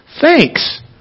Thanks